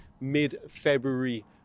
mid-February